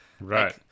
Right